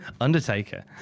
Undertaker